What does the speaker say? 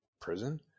Prison